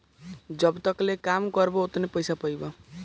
जब तकले काम करबा ओतने पइसा पइबा